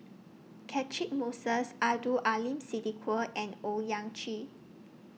Catchick Moses Abdul Aleem Siddique and Owyang Chi